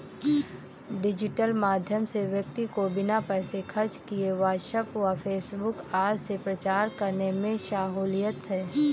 digital माध्यम से व्यक्ति को बिना पैसे खर्च किए व्हाट्सएप व फेसबुक आदि से प्रचार करने में सहूलियत है